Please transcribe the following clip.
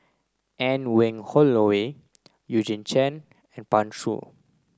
Anne Wong Holloway Eugene Chen and Pan Shou